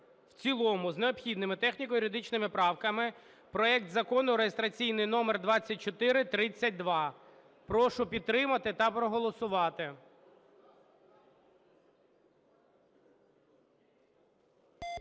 в цілому, з необхідними техніко-юридичними правками, проект Закону (реєстраційний номер 2432). Прошу підтримати та проголосувати.